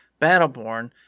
Battleborn